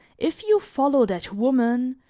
if you follow that woman,